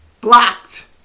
blocked